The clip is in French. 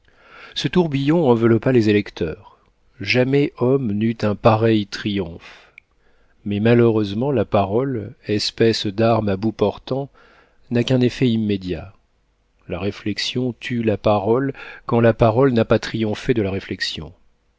ce tourbillon enveloppa les électeurs jamais homme n'eut un pareil triomphe mais malheureusement la parole espèce d'arme à bout portant n'a qu'un effet immédiat la réflexion tue la parole quand la parole n'a pas triomphé de la réflexion